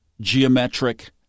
geometric